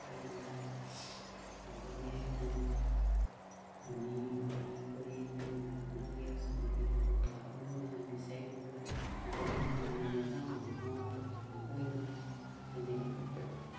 এইবিলাক সকলোৱে যেন শুনি হেৰি কৰি যেন বঙালীয়ে চঙালীয়ে সকলো পাবলৈও নাই বিচাৰি গ'লেও তাৰমানে নেযাওঁ নথওঁ নকৰোঁ তেনেকৈ কয়